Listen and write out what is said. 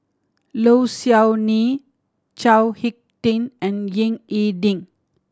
Low Siew Nghee Chao Hick Tin and Ying E Ding